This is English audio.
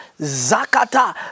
zakata